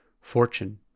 Fortune